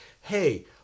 hey